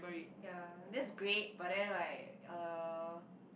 ya that's great but then like uh